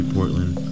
Portland